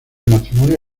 matrimonio